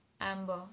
Amber